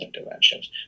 interventions